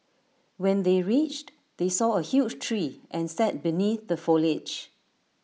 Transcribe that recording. when they reached they saw A huge tree and sat beneath the foliage